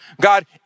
God